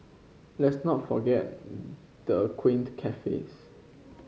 let's not forgot the quaint cafes